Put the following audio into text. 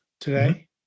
today